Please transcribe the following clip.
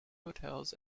hotels